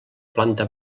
planta